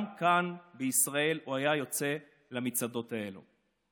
גם כאן בישראל הוא היה יוצא לצעדות האלה.